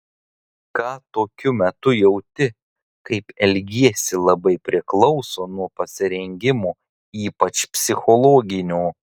ką tokiu metu jauti kaip elgiesi labai priklauso nuo pasirengimo ypač psichologinio